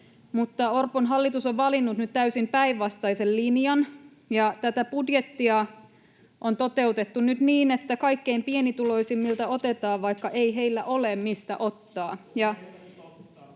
mutta Orpon hallitus on valinnut nyt täysin päinvastaisen linjan. Tätä budjettia on toteutettu nyt niin, että kaikkein pienituloisimmilta otetaan, vaikka ei heillä ole, mistä ottaa.